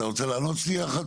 אתה רוצה לענות שנייה אחת,